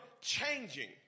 changing